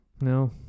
No